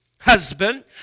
husband